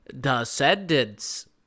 Descendants